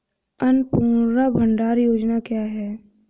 अन्नपूर्णा भंडार योजना क्या है?